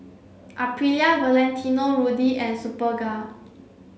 Aprilia Valentino Rudy and Superga